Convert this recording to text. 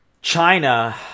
China